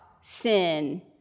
sin